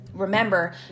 Remember